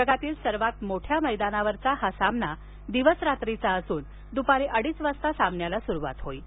जगातील सर्वात मोठ्या मैदानावरचा हा सामना दिवस रात्रीचा असून दपारी अडीच वाजता सामन्याला स्रुवात होईल